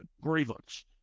Grievance